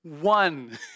One